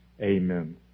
Amen